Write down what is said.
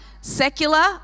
secular